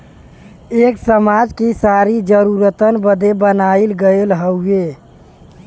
एक समाज कि सारी जरूरतन बदे बनाइल गइल हउवे